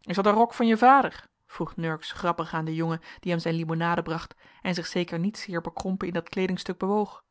is dat een rok van je vader vroeg nurks grappig aan den jongen die hem zijn limonade bracht en zich zeker niet zeer bekrompen in dat kleedingstuk bewoog